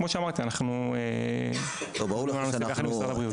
כמו שאמרתי, אנחנו בשיח עם משרד הבריאות.